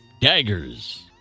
daggers